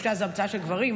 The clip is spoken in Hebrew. חופשה זו המצאה של גברים,